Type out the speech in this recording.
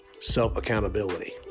self-accountability